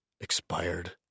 Expired